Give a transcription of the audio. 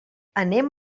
anem